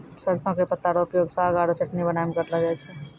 सरसों के पत्ता रो उपयोग साग आरो चटनी बनाय मॅ करलो जाय छै